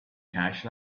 cash